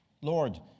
Lord